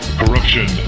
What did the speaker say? corruption